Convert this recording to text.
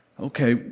okay